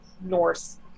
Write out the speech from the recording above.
Norse